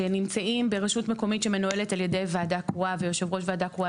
שנמצאים ברשות מקומית שמנוהלת על ידי ועדה קרואה ויושב ראש ועדה קרואה,